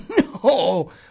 No